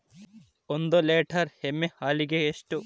ಒಂದು ಲೇಟರ್ ಎಮ್ಮಿ ಹಾಲಿಗೆ ಎಷ್ಟು?